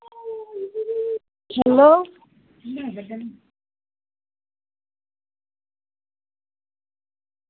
hello